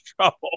trouble